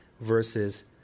versus